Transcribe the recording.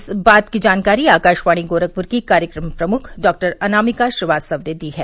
इस बात की जानकारी आकाशवाणी गोरखप्र की कार्यक्रम प्रमुख डॉक्टर अनामिका श्रीवास्तव ने दी है